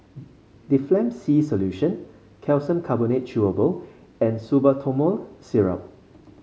Difflam C Solution Calcium Carbonate Chewable and Salbutamol Syrup